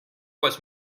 was